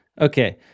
Okay